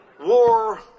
war